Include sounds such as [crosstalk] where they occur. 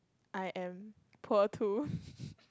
I am poor too [laughs]